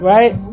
Right